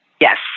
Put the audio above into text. Yes